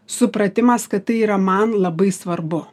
supratimas kad tai yra man labai svarbu